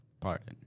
pardon